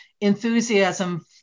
enthusiasm